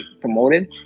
promoted